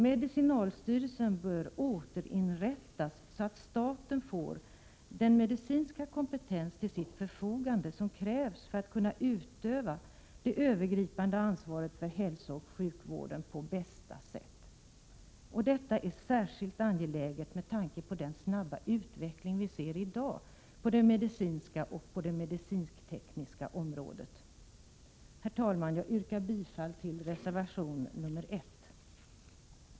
Medicinalstyrelsen bör återinrättas så att staten får den medicinska kompetens till sitt förfogande som krävs för att kunna utöva sitt övergripande ansvar för hälsooch sjukvården på bästa sätt. Detta är särskilt angeläget med tanke på den snabba utveckling som vi ser i dag inom det medicinska och det medicinsk —tekniska området. Herr talman! Jag yrkar bifall till reservation 1.